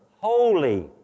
holy